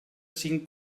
cinc